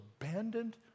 abandoned